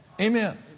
Amen